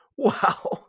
Wow